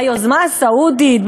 היוזמה הסעודית,